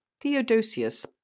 Theodosius